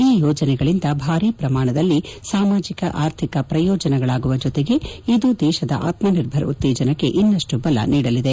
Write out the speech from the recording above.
ಈ ಯೋಜನೆಗಳಿಂದ ಭಾರಿ ಪ್ರಮಾಣದಲ್ಲಿ ಸಾಮಾಜಿಕ ಆರ್ಥಿಕ ಪ್ರಯೋಜನಗಳಾಗುವ ಜತೆಗೆ ಇದು ದೇಶದ ಆತ್ಮನಿರ್ಭರ್ ಉತ್ತೇಜನಕ್ಕೆಇನ್ನಷ್ಟು ಬಲ ನೀಡಲಿದೆ